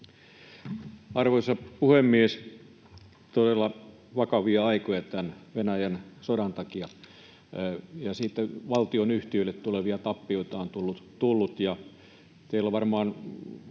Arvoisa puhemies! Todella vakavia aikoja tämän Venäjän sodan takia. Ja sitten valtionyhtiöille tulevia tappiota on tullut.